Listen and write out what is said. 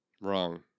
wrong